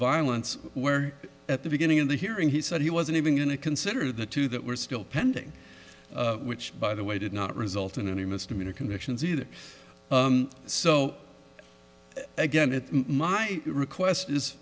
violence where at the beginning of the hearing he said he wasn't even going to consider the two that were still pending which by the way did not result in any misdemeanor convictions either so again it's my request is